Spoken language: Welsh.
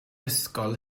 ysgol